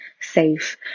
safe